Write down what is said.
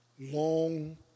Long